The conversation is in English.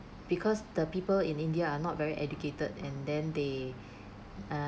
because the people in india are not very educated and then they uh